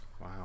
Wow